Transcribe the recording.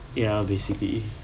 ya basically